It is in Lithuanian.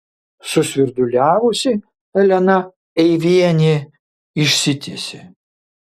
susvirduliavusi elena eivienė išsitiesė